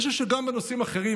אני חושב שגם בנושאים אחרים,